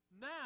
now